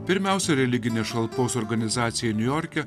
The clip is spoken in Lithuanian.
pirmiausia religinės šalpos organizacijai niujorke